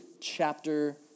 chapter